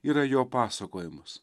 yra jo pasakojimas